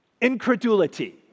incredulity